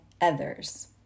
others